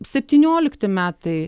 septyniolikti metai